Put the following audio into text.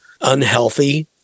unhealthy